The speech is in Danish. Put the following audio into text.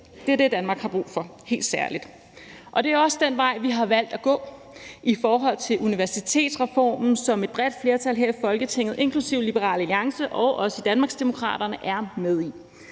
Det er det, Danmark har brug for, helt særligt, og det er også den vej, vi har valgt at gå i forhold til universitetsreformen, som et bredt flertal her i Folketinget, inklusive Liberal Alliance og også Danmarksdemokraterne, er med i.